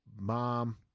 mom